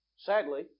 Sadly